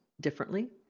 differently